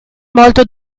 molto